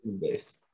based